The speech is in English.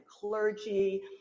clergy